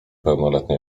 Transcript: pełnoletni